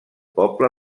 poble